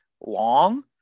long